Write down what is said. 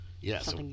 Yes